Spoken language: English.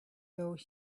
though